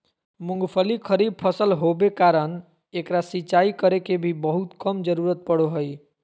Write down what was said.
मूंगफली खरीफ फसल होबे कारण एकरा सिंचाई करे के भी बहुत कम जरूरत पड़ो हइ